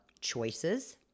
choices